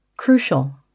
crucial